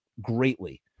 greatly